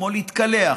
כמו להתקלח,